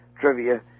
trivia